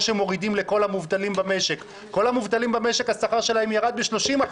לכל המובטלים במשק השכר ירד ב-30%,